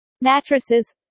Mattresses